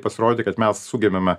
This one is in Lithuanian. pasirodė kad mes sugebame